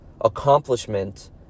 accomplishment